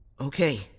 Okay